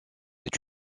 est